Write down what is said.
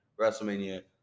Wrestlemania